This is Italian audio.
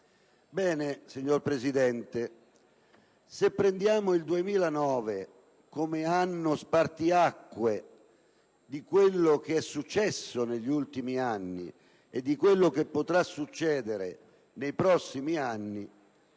Ebbene, signor Presidente, se prendiamo il 2009 come anno spartiacque di quello che è successo negli ultimi anni e di quello che potrà succedere nei prossimi anni,